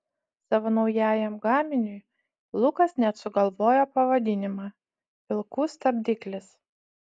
savo naujajam gaminiui lukas net sugalvojo pavadinimą vilkų stabdiklis